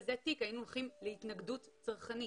כזה תיק היינו הולכים להתנגדות צרכנית.